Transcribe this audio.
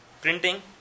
printing